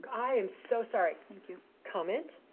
i am so sorry. thank you. comment?